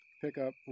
pickup